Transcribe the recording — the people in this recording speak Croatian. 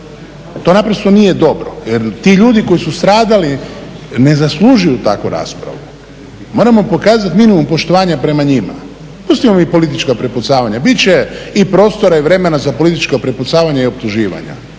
To naprosto nije dobro jer ti ljudi koji su stradali ne zaslužuju takvu raspravu. Moramo pokazati … poštovanja prema njima. Pustimo mi politička prepucavanja, bit će i prostora i vremena za politička prepucavanja i optuživanja,